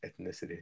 ethnicity